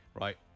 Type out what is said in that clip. Right